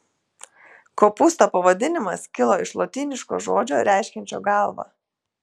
kopūsto pavadinimas kilo iš lotyniško žodžio reiškiančio galvą